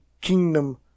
kingdom